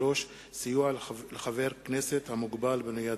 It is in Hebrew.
3. סיוע לחבר כנסת המוגבל בניידות.